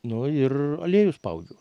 nu ir aliejų spaudžiu